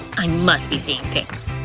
i must be seeing things.